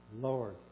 Lord